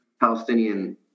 palestinian